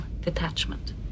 detachment